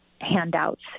handouts